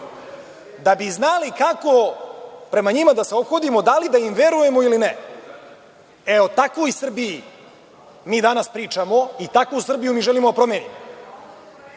da bi znali kako prema njima da se ophodimo, da li da im verujemo ili ne.E, o takvoj Srbiji mi danas pričamo i takvu Srbiju mi želimo da promenimo.